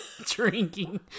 drinking